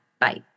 Bye